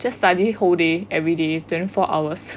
just study whole day every day twenty four hours